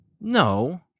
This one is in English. No